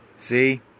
See